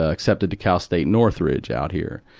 ah accepted to cal state, northridge out here.